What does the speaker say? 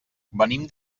venim